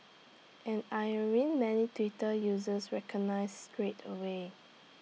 an ironing many Twitter users recognised straight away